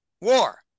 war